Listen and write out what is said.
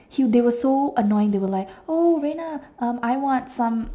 dude they were so annoying they were like oh Rena um I want some